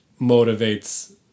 motivates